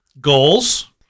Goals